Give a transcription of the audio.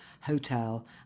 hotel